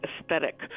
aesthetic